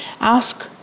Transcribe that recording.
ask